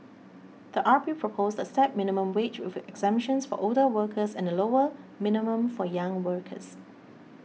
the R P proposed a stepped minimum wage with exemptions for older workers and a lower minimum for young workers